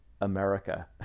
America